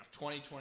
2020